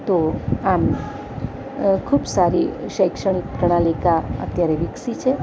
તો આમ ખૂબ સારી શૈક્ષણિક પ્રણાલિકા અત્યારે વિકસી છે